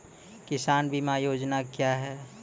किसान बीमा योजना क्या हैं?